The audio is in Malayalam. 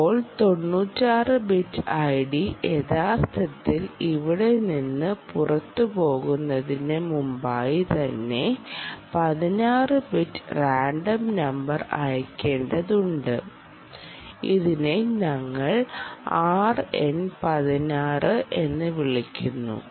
ഇപ്പോൾ 96 ബിറ്റ് ഐഡി യഥാർത്ഥത്തിൽ ഇവിടെ നിന്ന് പുറത്തുപോകുന്നതിന് മുമ്പായി തന്നെ 16 ബിറ്റ് റാൻഡം നമ്പർ അയയ്ക്കേണ്ടതുണ്ട് ഇതിനെ ഞങ്ങൾ RN16 എന്ന് വിളിക്കുന്നു